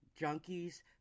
junkies